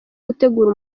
gutegura